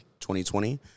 2020